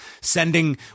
sending